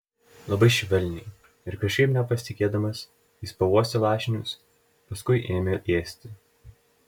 labai švelniai ir kažkaip nepasitikėdamas jis pauostė lašinius paskui ėmė ėsti